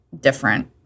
different